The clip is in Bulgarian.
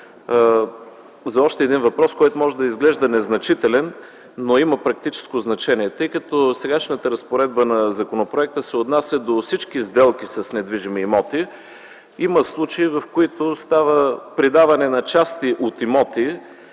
за още един въпрос, който може да изглежда незначителен, но има практическо значение. Тъй като сегашната разпоредба на законопроекта се отнася до всички сделки с недвижими имоти, има случаи, в които при даване на части на имоти